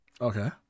Okay